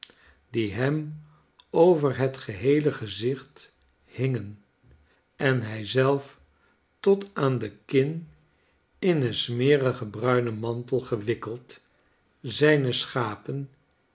die hem over het geheele gezicht hingen en hij zelf tot aan de kin in een smerigen bruinen mantel gewikkeld zijne schapen